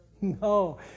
No